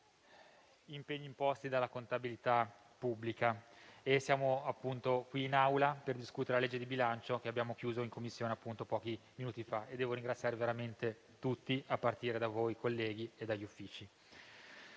grazie a tutti